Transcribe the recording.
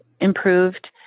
improved